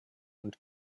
und